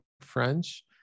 french